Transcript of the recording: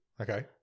Okay